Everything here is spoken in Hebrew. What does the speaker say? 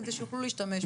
כדי שיוכלו להשתמש בו.